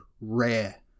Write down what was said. rare